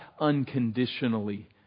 unconditionally